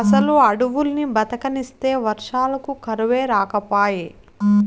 అసలు అడవుల్ని బతకనిస్తే వర్షాలకు కరువే రాకపాయే